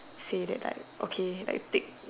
say that like okay like take